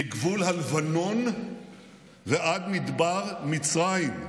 מגבול הלבנון ועד מדבר מצרים,